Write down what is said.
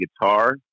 guitar